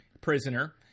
prisoner